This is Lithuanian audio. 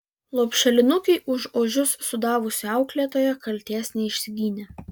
lopšelinukei už ožius sudavusi auklėtoja kaltės neišsigynė